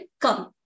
come